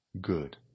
good